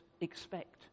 expect